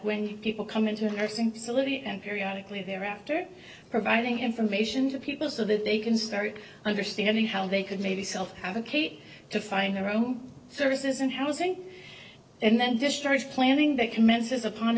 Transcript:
when people come into a nursing facility and periodically thereafter providing information to people so that they can start understanding how they could maybe self advocate to find their own services and housing and then discharge planning that commences upon